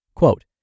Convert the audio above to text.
Quote